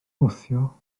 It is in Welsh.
wthio